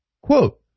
Quote